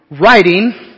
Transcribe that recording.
writing